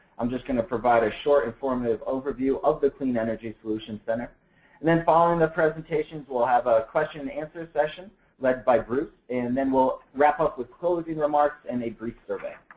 i'm just going to provide a short informative overview of the clean energy solutions center and then, following the presentations, we'll we'll have a question and answer session led by bruce and then, we'll wrap up with closing remarks and a brief survey.